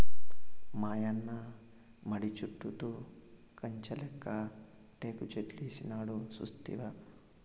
మాయన్న మడి చుట్టూతా కంచెలెక్క టేకుచెట్లేసినాడు సూస్తినా